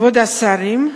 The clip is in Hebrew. כבוד השרים,